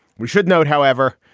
we should note, however,